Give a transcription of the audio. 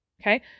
Okay